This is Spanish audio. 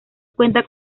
cuenta